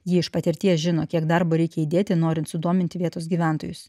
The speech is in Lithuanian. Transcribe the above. ji iš patirties žino kiek darbo reikia įdėti norint sudominti vietos gyventojus